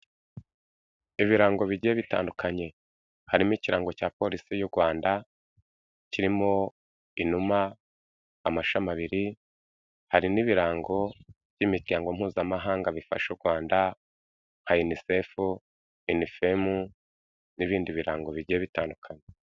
Ibirango bigiye bitandukanye, harimo ikirango cya Polisi y'u Rwanda, kirimo inuma, amashami abiri, hari n'ibirango by'Imiryango Mpuzamahanga bifasha u Rwanda nka Unicef, UNIFEM n'ibindi birango bigiye bitandukanye.